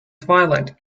twilight